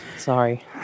sorry